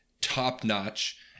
top-notch